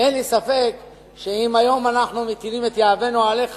אין לי ספק שאם היום אנחנו מטילים את יהבנו עליך,